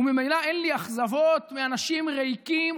וממילא אין לי אכזבות מאנשים ריקים,